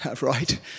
right